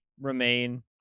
remain